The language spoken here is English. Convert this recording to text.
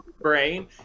brain